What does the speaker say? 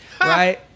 right